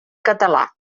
català